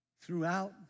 throughout